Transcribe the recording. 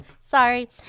Sorry